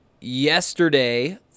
yesterday